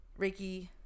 reiki